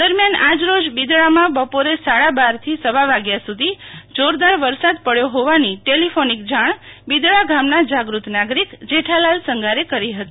દરમ્યાન આજ રોજ બિદડામાં બપોરે સાડા બાર થી સવા વાગ્યા સુ ધી જોરદાર વરસાદ પડચો હોવાની ટેલિફોનિક જાણ બિદડા ગામના જાગૃ ત નાગરિક જેઠાલાલ સંગારે કરી હતી